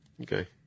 okay